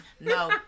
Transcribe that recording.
no